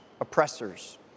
oppressors